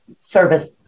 service